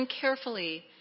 carefully